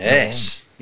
Yes